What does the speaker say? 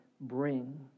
bring